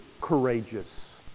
courageous